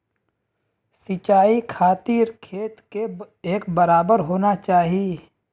सिंचाई खातिर खेत के एक बराबर होना चाही